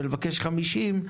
ולבקש 50,